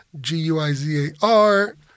G-U-I-Z-A-R